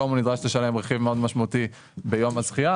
היום הוא נדרש לשלם מחיר מאוד משמעותי ביום הזכייה.